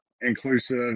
inclusive